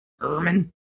Ermin